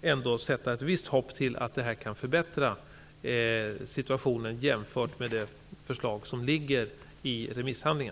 kunna sätta ett visst hopp till att detta kan innebära en bättre situation än enligt det förslag som nu ligger och remissbehandlas.